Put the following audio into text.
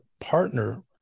partner